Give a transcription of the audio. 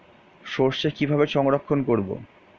সরষে কিভাবে সংরক্ষণ করব?